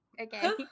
okay